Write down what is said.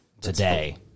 Today